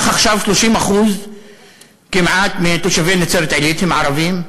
עכשיו 30% כמעט מתושבי נצרת-עילית הם ערבים.